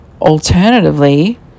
Alternatively